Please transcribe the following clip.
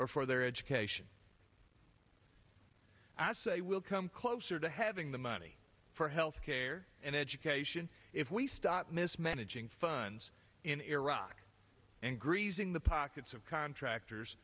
or for their education and i say we'll come closer to having the money for health care and education if we stop mismanaging funds in iraq and greasing the pockets of contractors